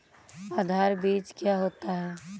आधार बीज क्या होता है?